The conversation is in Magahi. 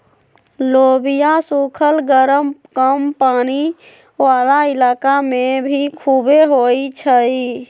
लोबिया सुखल गरम कम पानी वाला इलाका में भी खुबे होई छई